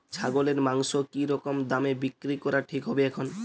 ছাগলের মাংস কী রকম দামে বিক্রি করা ঠিক হবে এখন?